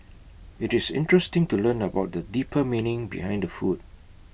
IT is interesting to learn about the deeper meaning behind the food